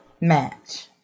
match